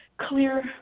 clear